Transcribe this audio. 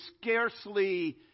scarcely